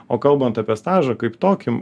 o kalbant apie stažą kaip tokį